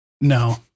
no